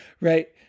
right